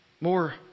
more